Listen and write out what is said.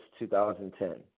2010